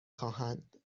خواهند